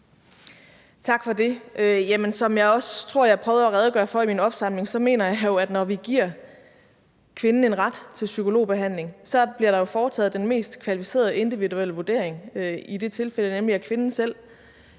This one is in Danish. Tak for det. Som jeg også tror jeg prøvede at redegøre for i min opsamling, mener jeg jo, at når vi giver kvinden en ret til psykologbehandling, så bliver der foretaget den mest kvalificerede individuelle vurdering, og kvinden har